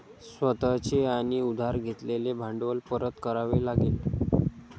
स्वतः चे आणि उधार घेतलेले भांडवल परत करावे लागेल